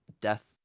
death